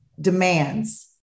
demands